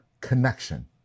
connection